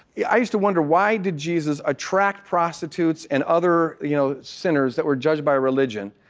yeah i used to wonder why did jesus attract prostitutes and other you know sinners that were judged by religion,